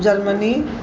Germany